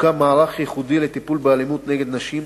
והוקם מערך ייחודי לטיפול באלימות נגד נשים,